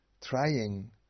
trying